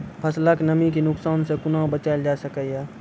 फसलक नमी के नुकसान सॅ कुना बचैल जाय सकै ये?